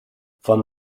von